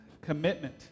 commitment